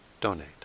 donate